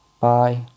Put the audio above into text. Bye